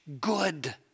good